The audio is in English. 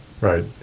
right